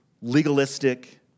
legalistic